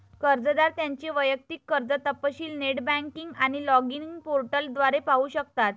कर्जदार त्यांचे वैयक्तिक कर्ज तपशील नेट बँकिंग आणि लॉगिन पोर्टल द्वारे पाहू शकतात